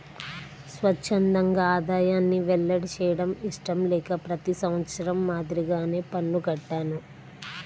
స్వఛ్చందంగా ఆదాయాన్ని వెల్లడి చేయడం ఇష్టం లేక ప్రతి సంవత్సరం మాదిరిగానే పన్ను కట్టాను